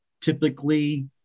typically